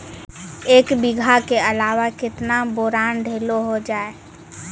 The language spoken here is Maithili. एक बीघा के अलावा केतना बोरान देलो हो जाए?